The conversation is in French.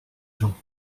gens